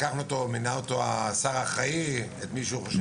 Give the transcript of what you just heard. או אם השר האחראי מינה את מי שהוא חושב.